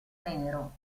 nero